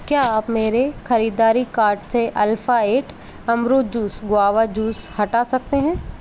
क्या आप मेरे खरीददारी कार्ट से अल्फ़ा ऐट अमरूद जूस ग्वावा जूस हटा सकते हैं